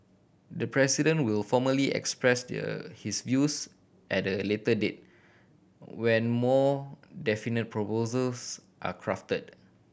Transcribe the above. the President will formally express their his views at a later date when more definite proposals are crafted